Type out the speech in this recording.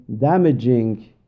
damaging